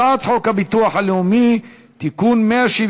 הצעת חוק הביטוח הלאומי (תיקון מס'